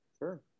Sure